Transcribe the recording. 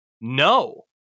No